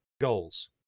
goals